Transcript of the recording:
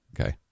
Okay